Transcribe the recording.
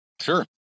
Sure